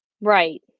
Right